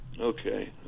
Okay